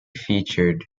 featured